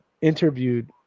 interviewed